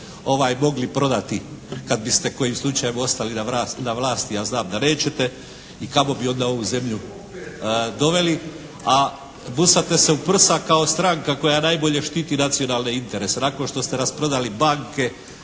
još mogli prodati kad biste kojim slučajem ostali na vlasti a znam da nećete, i kamo bi onda ovu zemlju doveli. A busate se u prsa kao stranka koja najbolje štiti nacionalne interese nakon što ste rasprodali banke,